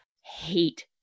hate